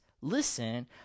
listen